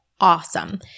awesome